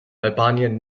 albanien